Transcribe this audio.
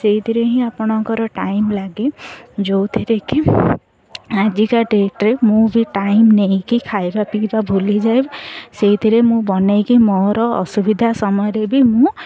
ସେଇଥିରେ ହିଁ ଆପଣଙ୍କର ଟାଇମ୍ ଲାଗେ ଯେଉଁଥିରେ କି ଆଜିକା ଡେଟରେ ମୁଁ ବି ଟାଇମ୍ ନେଇକି ଖାଇବା ପିଇବା ଭୁଲିଯାଏ ସେଇଥିରେ ମୁଁ ବନେଇକି ମୋର ଅସୁବିଧା ସମୟରେ ବି ମୁଁ